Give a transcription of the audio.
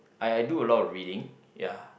I I do a lot reading ya